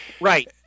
Right